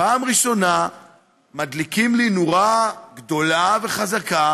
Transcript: בפעם הראשונה מדליקות לי נורה גדולה וחזקה,